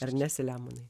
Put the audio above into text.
ar ne selemonai